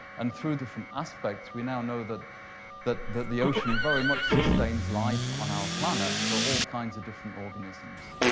and through different aspects, we now know that that that the ocean very much sustains life on our planet for all kinds of different organisms.